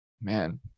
Man